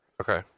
Okay